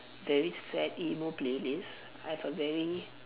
very sad emo playlist I have a very